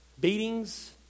beatings